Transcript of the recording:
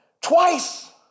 twice